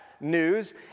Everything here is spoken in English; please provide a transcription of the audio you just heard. news